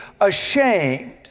ashamed